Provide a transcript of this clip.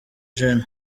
gen